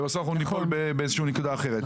ובסוף אנחנו ניפול בנקודה אחרת.